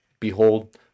behold